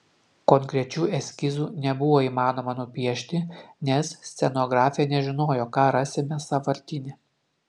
konkrečių eskizų nebuvo įmanoma nupiešti nes scenografė nežinojo ką rasime sąvartyne